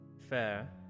Fair